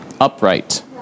upright